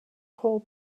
call